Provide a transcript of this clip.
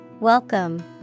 Welcome